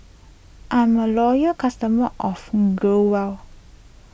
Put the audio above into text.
I'm a loyal customer of Growell